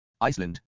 Iceland